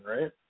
right